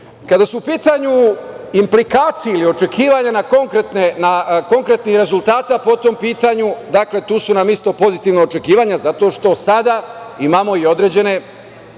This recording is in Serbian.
su u pitanju implikacije ili očekivanja konkretnih rezultata po tom pitanju, tu su nam isto pozitivna očekivanja zato što sada imamo i određene